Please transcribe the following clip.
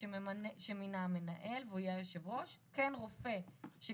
רופא שמינה המנהל והוא יהיה יושב ראש, כן רופא של